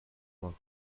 main